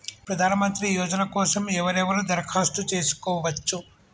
ప్రధానమంత్రి యోజన కోసం ఎవరెవరు దరఖాస్తు చేసుకోవచ్చు?